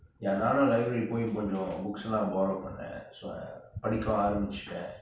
ya நானும்:naanum library போய் கொன்ஜொ:poi konjo books எல்லா:ellaa borrow பன்னே:panne so I படிக்கவும் ஆரம்பிச்சிட்டேன்:padikavum aarambichutten